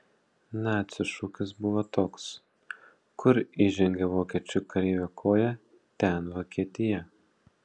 nacių šūkis buvo toks kur įžengė vokiečių kareivio koja ten vokietija